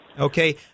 Okay